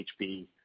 HP